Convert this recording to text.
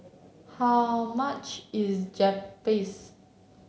how much is Japchae